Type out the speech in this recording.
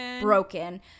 Broken